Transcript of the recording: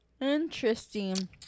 Interesting